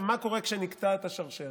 מה קורה כשנקטעת השרשרת?